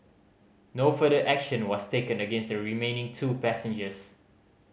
no further action was taken against the remaining two passengers